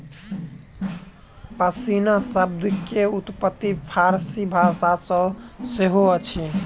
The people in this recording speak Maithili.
पश्मीना शब्द के उत्पत्ति फ़ारसी भाषा सॅ सेहो अछि